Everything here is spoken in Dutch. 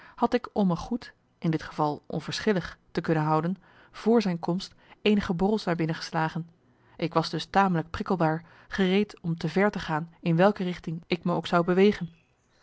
had ik om me goed in dit geval onverschillig te kunnen houden vr zijn komst eenige borrels naar binnen geslagen ik was dus tamelijk prikkelbaar gereed om te ver te gaan in welke richting ik me ook zou bewegen